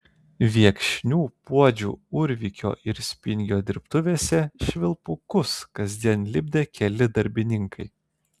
viekšnių puodžių urvikio ir spingio dirbtuvėse švilpukus kasdien lipdė keli darbininkai